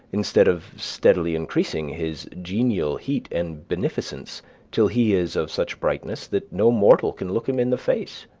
instead of steadily increasing his genial heat and beneficence till he is of such brightness that no mortal can look him in the face,